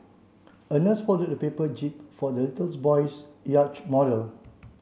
a nurse folded a paper jib for the little boy's yacht model